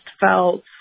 felt